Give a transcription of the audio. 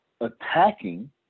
attacking